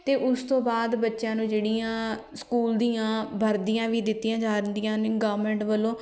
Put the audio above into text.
ਅਤੇ ਉਸ ਤੋਂ ਬਾਅਦ ਬੱਚਿਆਂ ਨੂੰ ਜਿਹੜੀਆਂ ਸਕੂਲ ਦੀਆਂ ਵਰਦੀਆਂ ਵੀ ਦਿੱਤੀਆਂ ਜਾਂਦੀਆਂ ਨੇ ਗਵਰਮੈਂਟ ਵੱਲੋਂ